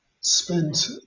spent